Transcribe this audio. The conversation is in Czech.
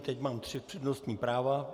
Teď mám tři přednostní práva.